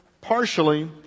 Partially